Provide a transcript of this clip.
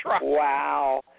Wow